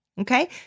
Okay